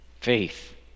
Faith